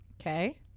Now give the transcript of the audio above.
Okay